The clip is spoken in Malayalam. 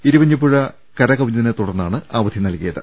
ഇരുവഞ്ഞിപ്പുഴ കരകവിഞ്ഞതിനെ തുടർന്നാണ് അവധി നൽകി യത്